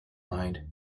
mind